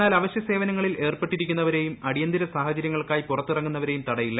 എന്നാൽ അവശ്യ സേവനങ്ങളിൽ ഏർപ്പെട്ടിരിക്കുന്നവരെയും അടിയന്തിര സാഹചര്യങ്ങൾക്കായി പുറത്തിറങ്ങുന്നവരെയും തടയില്ല